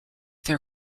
their